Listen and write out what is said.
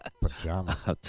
pajamas